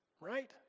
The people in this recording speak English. right